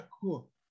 cool